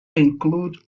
include